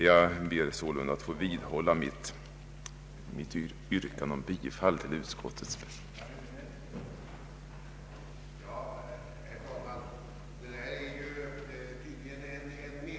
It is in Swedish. Jag ber sålunda, herr talman, att få vidhålla mitt yrkande om bifall till utskottets hemställan.